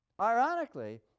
Ironically